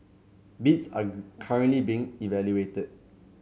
bids are currently being evaluated